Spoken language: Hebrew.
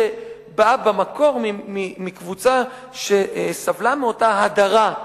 שבאה במקור מקבוצה שסבלה מאותה הדרה.